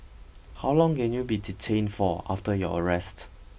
how long can you be detained for after your arrest